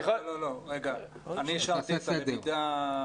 אני אשרתי את הלמידה.